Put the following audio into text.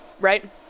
right